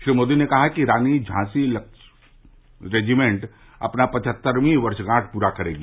श्री मोदी ने कहा कि रानी झांसी रेजिमेंट अपना पचहत्तरवी वर्ष पूरे करेगी